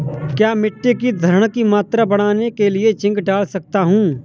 क्या मिट्टी की धरण की मात्रा बढ़ाने के लिए जिंक डाल सकता हूँ?